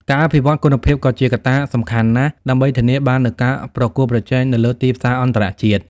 ការអភិវឌ្ឍគុណភាពក៏ជាកត្តាសំខាន់ណាស់ ដើម្បីធានាបាននូវការប្រកួតប្រជែងនៅលើទីផ្សារអន្តរជាតិ។